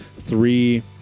three